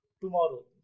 tomorrow